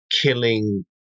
killing